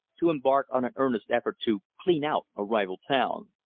to embark on an earnest effort to clean out a rival town.